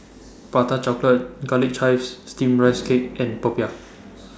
Prata Chocolate Garlic Chives Steamed Rice Cake and Popiah